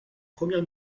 première